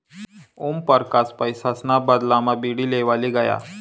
ओमपरकास पैसासना बदलामा बीडी लेवाले गया